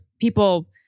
people